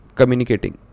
communicating